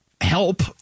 help